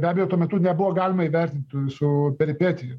be abejo tuo metu nebuvo galima įvertint tų visų peripetijų